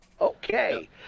okay